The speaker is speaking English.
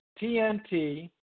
TNT